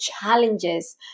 challenges